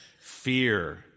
fear